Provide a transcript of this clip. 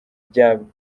by’amikoro